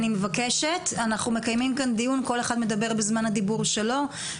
אני מבקשת אנחנו מקיימים כאן דיון כל אחד מדבר בזמן הדיבור שלו,